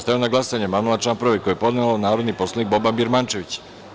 Stavljam na glasanje amandman na član 2. koji je podneo narodni poslanik Boban Birmančević.